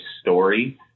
story